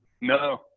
No